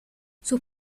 sus